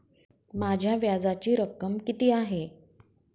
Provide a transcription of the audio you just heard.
माझ्या व्याजाची रक्कम किती आहे?